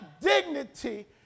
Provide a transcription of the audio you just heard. dignity